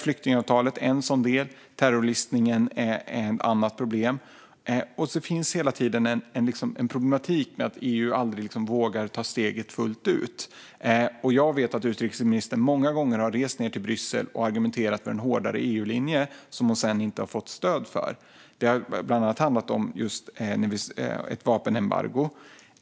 Flyktingavtalet är en sådan del. Terrorlistningen är ett annat problem. Och så finns hela tiden en problematik med att EU aldrig vågar ta steget fullt ut. Jag vet att utrikesministern många gånger har rest ned till Bryssel och argumenterat för en hårdare EU-linje, som hon sedan inte har fått stöd för. Det har bland annat handlat om ett vapenembargo.